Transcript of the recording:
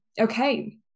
okay